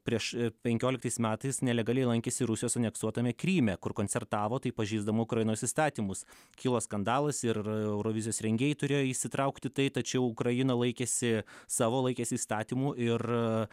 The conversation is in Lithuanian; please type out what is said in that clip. prieš penkioliktais metais nelegaliai lankėsi rusijos aneksuotame kryme kur koncertavo taip pažeisdama ukrainos įstatymus kilo skandalas ir eurovizijos rengėjai turėjo įsitraukt į tai tačiau ukraina laikėsi savo laikėsi įstatymų ir